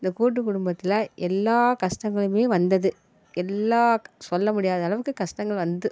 இந்த கூட்டு குடும்பத்தில் எல்லா கஷ்டங்களையும் வந்தது எல்லா சொல்ல முடியாத அளவுக்கு கஷ்டங்கள் வந்து